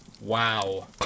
Wow